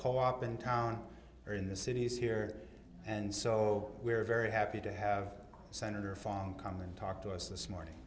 co op in town here in the city is here and so we're very happy to have senator farm come and talk to us this morning